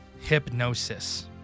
Hypnosis